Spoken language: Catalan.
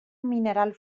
mineral